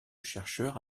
chercheurs